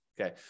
okay